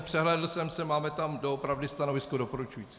Přehlédl jsem se, máme tam opravdu stanovisko doporučující.